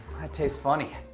tastes funny.